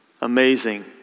amazing